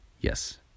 yes